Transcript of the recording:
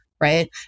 right